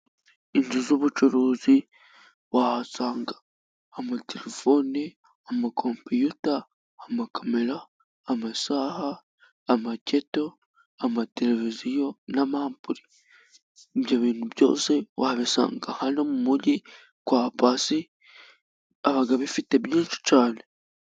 Inzu z'ubucuruzi, wahasanga amaterefone, amakompiyuta, amakamera, amasaha, amaketo, amateleviziyo, n'amapure, ibyo bintu byose wabisanga hano mu mujyi kwa Pasi, aba abifite byinshi cyane.